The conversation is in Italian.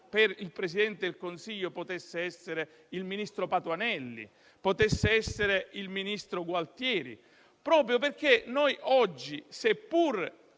per il Presidente il Consiglio potesse essere il ministro Patuanelli o il ministro Gualtieri, proprio perché oggi, seppur